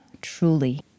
truly